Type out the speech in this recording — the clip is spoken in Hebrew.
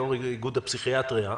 יושב-ראש איגוד הפסיכיאטריה,